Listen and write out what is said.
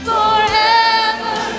Forever